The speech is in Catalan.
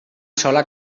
sola